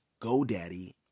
GoDaddy